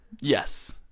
Yes